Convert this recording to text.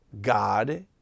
God